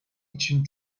için